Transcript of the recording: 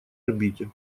орбите